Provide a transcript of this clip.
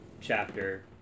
chapter